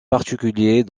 particulier